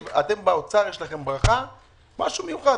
לכם באוצר יש ברכה משהו מיוחד.